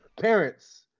Parents